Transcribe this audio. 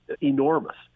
enormous